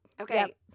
Okay